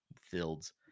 fields